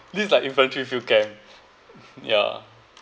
this is like infantry field camp yeah